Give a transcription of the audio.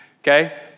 Okay